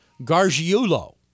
Gargiulo